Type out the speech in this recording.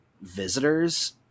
visitors